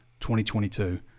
2022